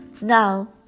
Now